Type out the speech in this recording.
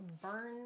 burn